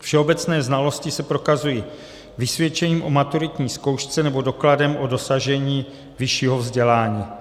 Všeobecné znalosti se prokazují vysvědčením o maturitní zkoušce nebo dokladem o dosažení vyššího vzdělání.